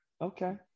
okay